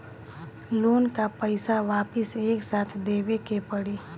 Loan का पईसा वापिस एक साथ देबेके पड़ी?